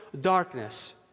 darkness